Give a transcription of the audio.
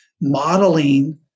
modeling